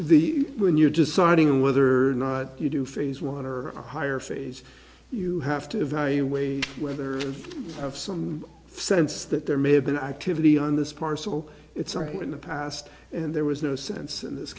the when you're deciding whether or not you do phase one or hire phase you have to evaluate whether you have some sense that there may have been activity on this parcel it's right in the past and there was no sense in this